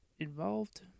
involved